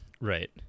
Right